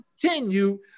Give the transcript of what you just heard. continue